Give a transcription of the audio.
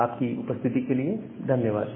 आपकी उपस्थिति के लिए धन्यवाद